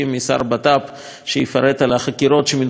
פנים שיפרט על החקירות שמתבצעות במשטרה,